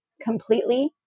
completely